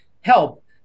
help